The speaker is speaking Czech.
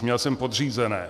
Měl jsem podřízené.